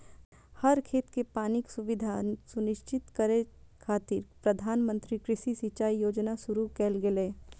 हर खेत कें पानिक सुविधा सुनिश्चित करै खातिर प्रधानमंत्री कृषि सिंचाइ योजना शुरू कैल गेलै